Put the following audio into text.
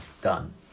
Done